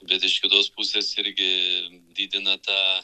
bet iš kitos pusės irgi didina tą